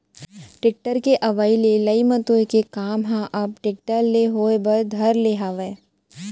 tractor के अवई ले लई मतोय के काम ह अब टेक्टर ले होय बर धर ले हावय